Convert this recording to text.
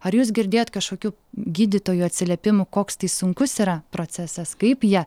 ar jūs girdėjot kažkokių gydytojų atsiliepimų koks tai sunkus yra procesas kaip jie